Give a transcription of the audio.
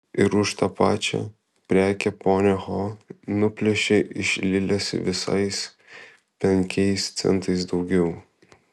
ir už tą pačią prekę ponia ho nuplėšė iš lilės visais penkiais centais daugiau